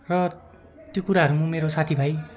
र त्यो कुराहरू म मेरो साथीभाइ